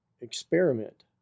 experiment